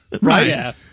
Right